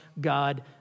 God